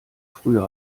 früher